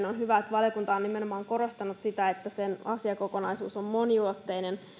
on hyvä että valiokunta on nimenomaan korostanut sitä että se asiakokonaisuus on moniulotteinen